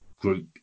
group